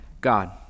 God